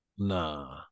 Nah